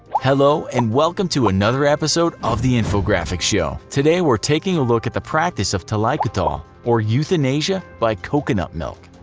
hello and welcome to another episode of the infographics show today we're taking a look at the practice of thalaikoothal, like but um or euthanasia by coconut milk.